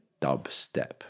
dubstep